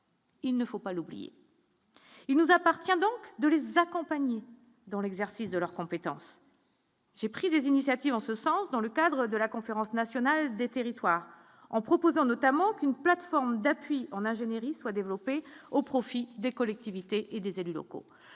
Il ne faut pas l'oublier. Il nous appartient donc de les accompagner dans l'exercice de leurs compétences. J'ai pris des initiatives en ce sens dans le cadre de la conférence nationale des territoires en proposant notamment qu'une plateforme depuis, on a ingénierie soit développée au profit des collectivités et des élus locaux,